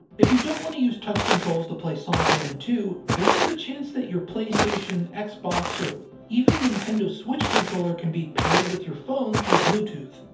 if you don't want to use touch controls to play sonic one and two, there's a good chance your playstation, and xbox, or even nintendo switch controller can be paired with your phone through bluetooth.